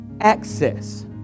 access